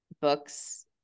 books